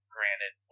Granted